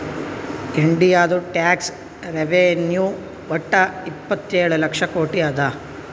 ಇಂಡಿಯಾದು tax revenue ವಟ್ಟ ಇಪ್ಪತ್ತೇಳು ಲಕ್ಷ ಕೋಟಿ ಅದಾ